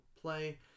play